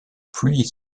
pluie